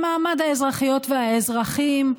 של מעמד האזרחיות והאזרחים,